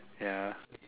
ya